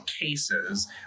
cases